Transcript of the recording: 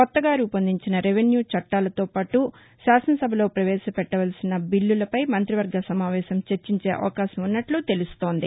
కొత్తగా రూపొందించిన రెవిన్యూ చట్టాలతోపాటు శాసన సభలో ప్రవేశ పెట్టవలసిన బిల్లులపై మంత్రివర్గ సమావేశం చర్చించే అవకాశం ఉన్నట్టు తెలుస్తోంది